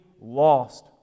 lost